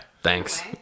Thanks